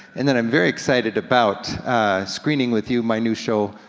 and then i'm very excited about screening with you my new show